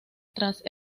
tras